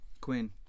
Queen